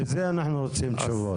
לזה אנחנו רוצים תשובות.